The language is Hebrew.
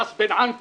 ראס בן ענקום,